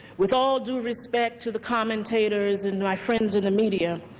with all due respect to the commentators and my friends in the media,